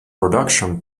production